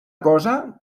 cosa